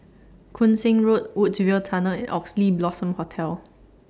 Koon Seng Road Woodsville Tunnel and Oxley Blossom Hotel